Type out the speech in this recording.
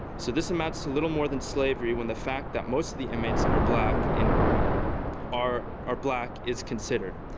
so this amounts to little more than slavery when the fact that most of the inmates are black and are are black is considered.